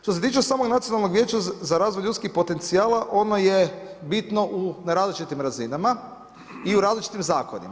Što se tiče samog Nacionalnog vijeća za razvoj ljudskih potencijal, ono je bitno na različitih razinama i u različitim zakonima.